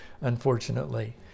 unfortunately